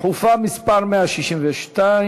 דחופה מס' 162,